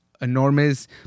enormous